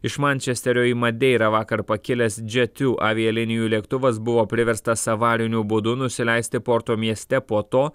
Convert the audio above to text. iš mančesterio į madeirą vakar pakilęs džetių avialinijų lėktuvas buvo priverstas avariniu būdu nusileisti porto mieste po to